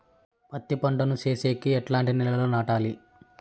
పత్తి పంట ను సేసేకి ఎట్లాంటి నేలలో నాటాలి?